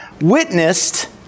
witnessed